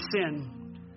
sin